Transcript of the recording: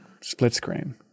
Split-screen